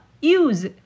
use